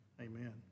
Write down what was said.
Amen